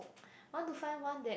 want to find one that